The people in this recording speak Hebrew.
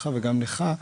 אבל גם לך,